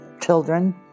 children